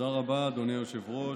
תודה רבה, אדוני היושב-ראש.